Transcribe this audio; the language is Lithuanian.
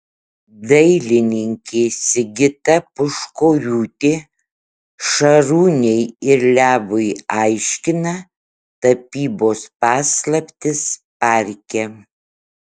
dailininkė sigita puškoriūtė šarūnei ir levui aiškina tapybos paslaptis parke